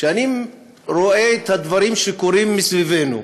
כשאני רואה את הדברים שקורים סביבנו,